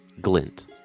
glint